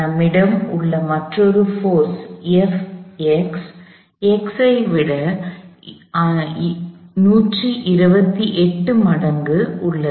நம்மிடம் உள்ள மற்றொரு போர்ஸ் x ஐ விட 128 மடங்கு உள்ளது